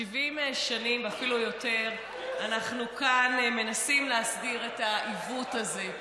ואפילו יותר אנחנו כאן מנסים להסדיר את העיוות הזה.